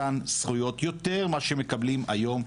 מתן זכויות יותר ממה שהם מקבלים היום.